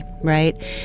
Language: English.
right